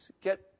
get